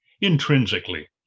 Intrinsically